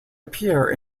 appear